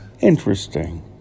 interesting